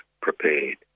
prepared